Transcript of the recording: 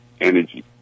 energy